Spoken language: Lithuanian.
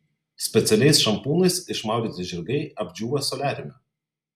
specialiais šampūnais išmaudyti žirgai apdžiūva soliariume